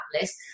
list